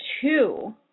two